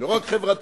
היא לא רק חברתית,